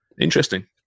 Interesting